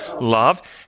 love